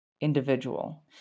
Individual